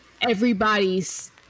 everybody's